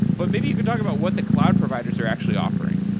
but maybe you could talk about what the cloud providers are actually offering.